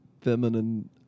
feminine